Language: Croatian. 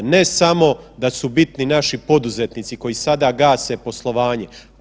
Ne samo da su bitni naši poduzetnici koji sada gase poslovanje.